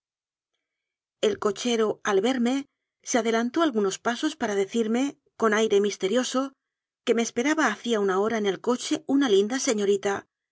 el cochero al verme se adelantó algunos pasos para decirme con aire misterioso que me espera ba hacía una hora en el coche una linda señorita